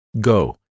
Go